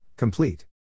Complete